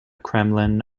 kremlin